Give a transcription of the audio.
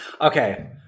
Okay